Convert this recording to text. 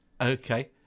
Okay